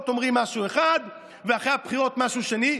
אומרים משהו אחד ואחרי הבחירות משהו שני?